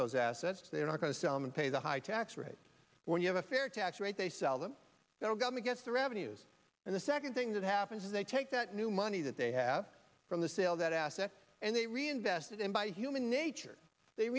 those assets they're not going to sell them and pay the high tax rate when you have a fair tax rate they sell them they're going to get the revenues and the second thing that happens is they take that new money that they have from the sale that assets and they reinvest it in by human nature they